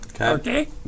okay